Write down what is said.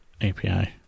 API